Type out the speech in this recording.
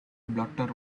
blotter